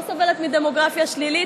לא סובלת מדמוגרפיה שלילית.